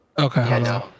Okay